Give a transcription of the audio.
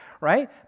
right